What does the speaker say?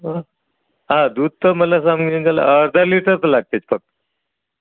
हा दूध तर मला सगळं मिळून अर्धा लिटरचं लागतेच फक्त